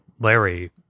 Larry